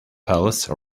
palace